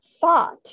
thought